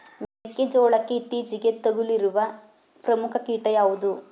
ಮೆಕ್ಕೆ ಜೋಳಕ್ಕೆ ಇತ್ತೀಚೆಗೆ ತಗುಲಿರುವ ಪ್ರಮುಖ ಕೀಟ ಯಾವುದು?